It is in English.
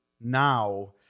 now